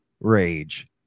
Rage